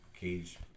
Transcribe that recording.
cage